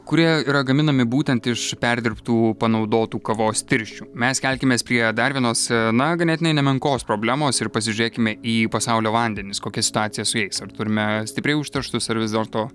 kurie yra gaminami būtent iš perdirbtų panaudotų kavos tirščių mes kelkimės prie dar vienos a na ganėtinai nemenkos problemos ir pasižiūrėkime į pasaulio vandenis kokia situacija su jais ar turime stipriai užterštus ar vis dėlto